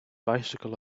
bicycle